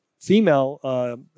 female